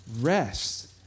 rest